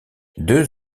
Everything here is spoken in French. deux